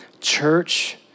Church